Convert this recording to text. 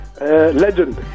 Legend